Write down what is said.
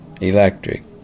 electric